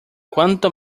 cuanto